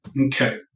Okay